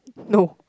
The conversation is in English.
no